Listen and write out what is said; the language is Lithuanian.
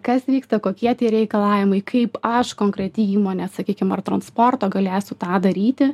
kas vyksta kokie tie reikalavimai kaip aš konkreti įmonė sakykim ar transporto galėsiu tą daryti